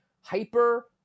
Hyper